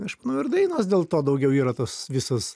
aš manau ir dainos dėl to daugiau yra tos visos